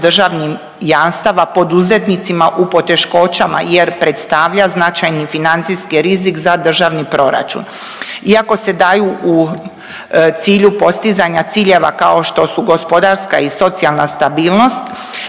državnih jamstava poduzetnicima u poteškoćama jer predstavlja značajni financijski rizik za državni proračun. Iako se daju u cilju postizanja ciljeva kao što su gospodarska i socijalna stabilnost,